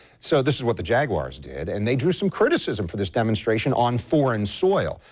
so, this is what the jaguars did. and they drew some criticism for this demonstration on foreign soil.